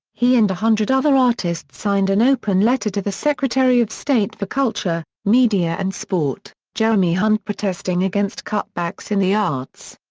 he and a hundred other artists signed an open letter to the secretary of state for culture, media and sport, jeremy hunt protesting against cutbacks in the arts.